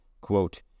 Quote